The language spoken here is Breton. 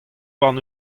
warn